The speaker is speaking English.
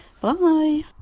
Bye